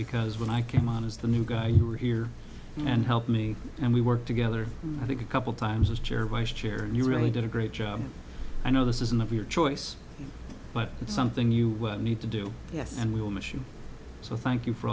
because when i came on as the new guy you were here and help me and we work together i think a couple times as chair was chair and you really did a great job i know this isn't of your choice but it's something you need to do yes and we will miss you so thank you for